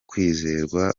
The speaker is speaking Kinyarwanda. kwizerwa